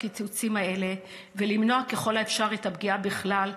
הקיצוצים האלה ולמנוע ככל האפשר את הפגיעה בכלל,